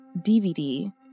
DVD